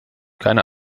keine